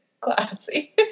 Classy